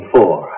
Four